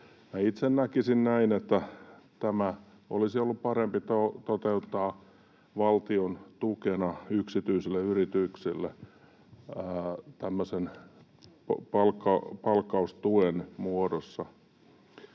itse näkisin näin, että tämä olisi ollut parempi toteuttaa valtion tukena yksityisille yrityksille tämmöisen palkkaustuen muodossa.